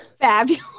fabulous